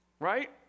Right